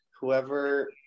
whoever